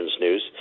news